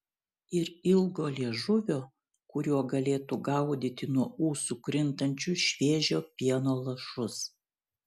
ir ilgo liežuvio kuriuo galėtų gaudyti nuo ūsų krintančius šviežio pieno lašus